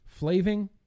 flaving